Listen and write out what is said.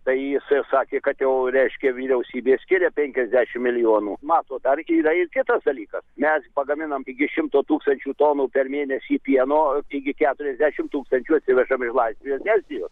tai jisai ir sakė kad jau reiškia vyriausybė skyrė penkiasdešim milijonų matot dar yra ir kitas dalykas mes pagaminam iki šimto tūkstančių tonų per mėnesį pieno taigi keturiasdešim tūkstančių atsivežam iš latvijos estijos